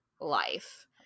life